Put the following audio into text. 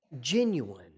genuine